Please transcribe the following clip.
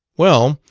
well,